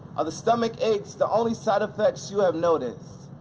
are the stomach aches the only side effects you have noticed?